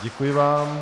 Děkuji vám.